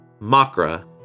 Makra